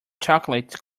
chocolate